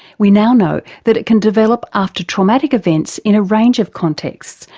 we now know that it can develop after traumatic events in a range of contexts,